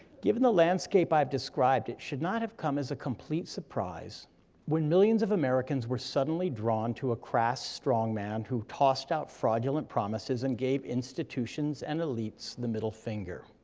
given the landscape i've described, it should not have come as a complete surprise when millions of americans were suddenly drawn to a crass, strongman who tossed out fraudulent promises and gave institutions and elites the middle finger.